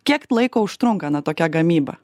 kiek laiko užtrunka na tokia gamyba